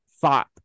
thought